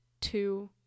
two